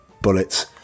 bullets